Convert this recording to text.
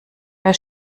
wer